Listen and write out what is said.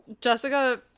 Jessica